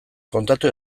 kontatu